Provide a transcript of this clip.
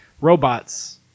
robots